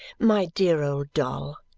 my dear old doll!